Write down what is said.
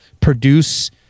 produce